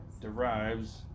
derives